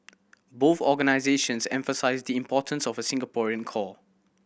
both organisations emphasise the importance of a Singaporean core